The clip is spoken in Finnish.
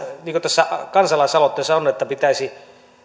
niin kuin tässä kansalaisaloitteessa on että pitäisi